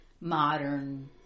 modern